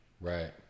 Right